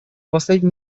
последние